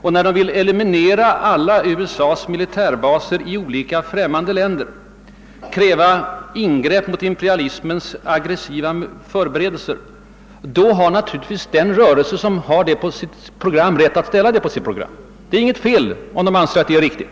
Man vill eliminera alla USA:s militärbaser i främmande länder och kräver ingrepp mot imperialismens aggressiva förberedelser. En rörelse som har denna målsättning har naturligtvis rätt att skriva in dem i sitt program, om den anser att detta är riktigt.